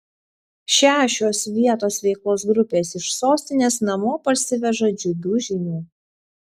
šešios vietos veiklos grupės iš sostinės namo parsiveža džiugių žinių